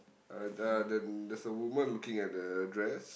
alright uh then there's a woman looking at the dress